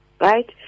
Right